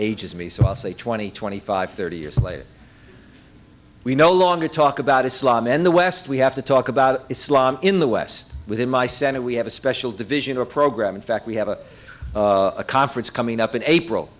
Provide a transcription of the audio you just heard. ages me so i'll say twenty twenty five thirty years later we no longer talk about islam in the west we have to talk about islam in the west within my senate we have a special division a program in fact we have a conference coming up in april